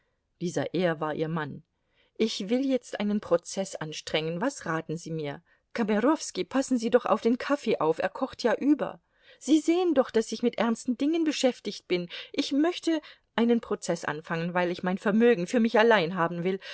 ihr mann ich will jetzt einen prozeß anstrengen was raten sie mir kamerowski passen sie doch auf den kaffee auf er kocht ja über sie sehen doch daß ich mit ernsten dingen beschäftigt bin ich möchte einen prozeß anfangen weil ich mein vermögen für mich allein haben will